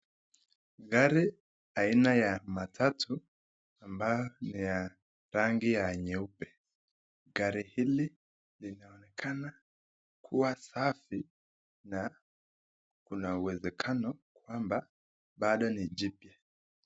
Gari aina ya matatu ambao ni ya rangi ya nyeupe, gari hili linaonekana kuwa safi na kuna uwezekano kwamba bado ni jipya.